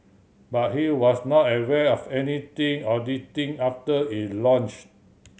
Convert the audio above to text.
but he was not aware of anything auditing after it launched